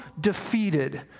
defeated